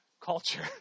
culture